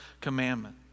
commandment